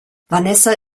vanessa